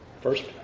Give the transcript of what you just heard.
First